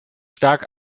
stark